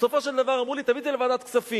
ובסופו של דבר אמרו לי: תביא את זה לוועדת כספים.